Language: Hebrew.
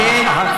אתה, תודה.